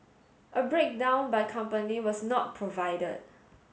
a breakdown by company was not provided